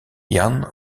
jan